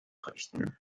richten